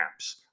apps